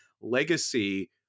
legacy